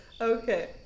Okay